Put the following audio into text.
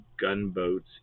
gunboats